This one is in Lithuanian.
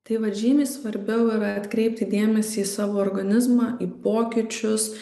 tai vat žymiai svarbiau yra atkreipti dėmesį į savo organizmą į pokyčius